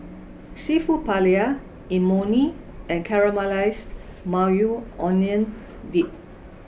seafood Paella Imoni and Caramelized Maui Onion Dip